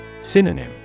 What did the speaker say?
Synonym